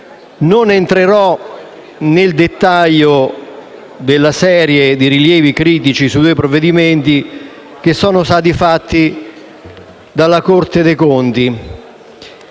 Non entrerò nel dettaglio della serie di rilievi critici sui due provvedimenti che sono stati sollevati dalla Corte dei conti,